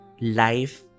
Life